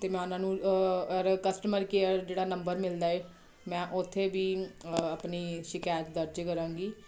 ਅਤੇ ਮੈਂ ਉਹਨਾਂ ਨੂੰ ਔਰ ਕਸਟਮਰ ਕੇਅਰ ਜਿਹੜਾ ਨੰਬਰ ਮਿਲਦਾ ਏ ਮੈਂ ਉੱਥੇ ਵੀ ਆਪਣੀ ਸ਼ਿਕਾਇਤ ਦਰਜ ਕਰਾਂਗੀ